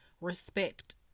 respect